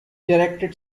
directed